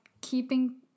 keeping